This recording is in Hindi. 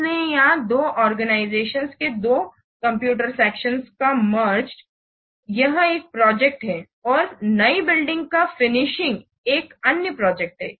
इसलिए यहां दो ऑर्गनिज़तिओन्स के दो कंप्यूटर सेक्शंस का मेर्गेड यह एक प्रोजेक्ट है और नए बिल्डिंग का फिनिशिंग एक अन्य प्रोजेक्ट है